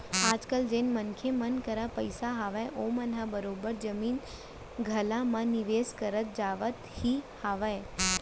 आजकल जेन मनसे मन करा पइसा हावय ओमन ह बरोबर जमीन जघा म निवेस करत जावत ही हावय